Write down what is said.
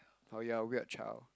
oh you're a weird child